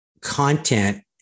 content